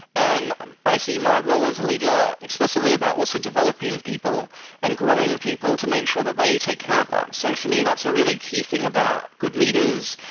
and i see my role as a leader explicitly about also developing people and growing people to make sure that they take care of that. and so for me, that's a really key thing about good leader,